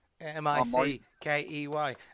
M-I-C-K-E-Y